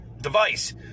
device